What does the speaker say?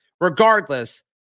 Regardless